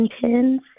tins